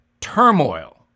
turmoil